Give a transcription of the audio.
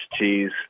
cheese